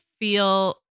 feel